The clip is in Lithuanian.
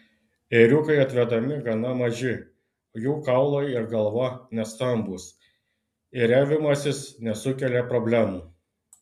ėriukai atvedami gana maži jų kaulai ir galva nestambūs ėriavimasis nesukelia problemų